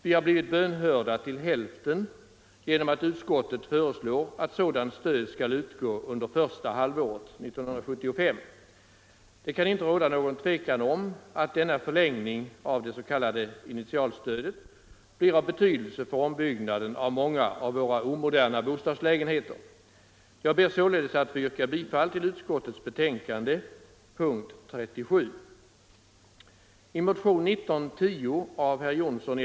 Vi har blivit bönhörda till hälften genom att utskottet föreslår att sådant stöd skall utgå under första halvåret 1975. Det kan inte råda något tvivel om att denna förlängning av det s.k. initialstödet blir av betydelse för ombyggnaden av många av våra omoderna bostadslägenheter. Jag ber således att få yrka bifall till utskottets hemställan under punkten 37.